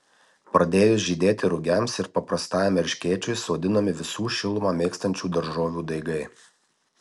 pradėjus žydėti rugiams ir paprastajam erškėčiui sodinami visų šilumą mėgstančių daržovių daigai